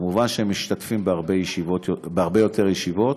מובן שהם משתתפים בהרבה יותר ישיבות.